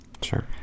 Sure